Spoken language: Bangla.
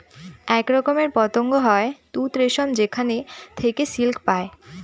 এক রকমের পতঙ্গ হয় তুত রেশম যেখানে থেকে সিল্ক পায়